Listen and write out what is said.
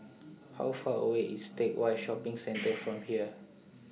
How Far away IS Teck Whye Shopping Centre from here